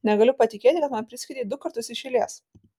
negaliu patikėti kad man priskiedei du kartus iš eilės